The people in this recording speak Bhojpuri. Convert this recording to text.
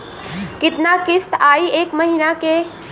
कितना किस्त आई एक महीना के?